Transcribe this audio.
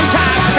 time